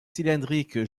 cylindrique